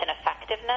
Effectiveness